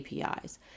APIs